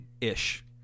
ish